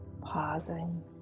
pausing